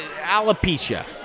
alopecia